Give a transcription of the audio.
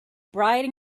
bride